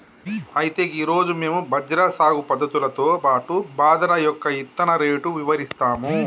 అయితే గీ రోజు మేము బజ్రా సాగు పద్ధతులతో పాటు బాదరా యొక్క ఇత్తన రేటు ఇవరిస్తాము